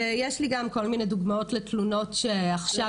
יש לי גם כל מיני דוגמאות לתלונות שעכשיו